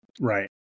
Right